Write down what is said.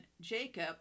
Jacob